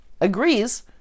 agrees